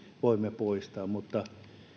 voimme poistaa mutta